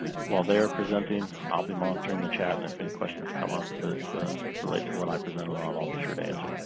while they are presenting i'll be monitoring the chat and if any questions come up so it's a right to what i present along i'll be sure to answer